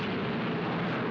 from